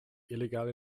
illegal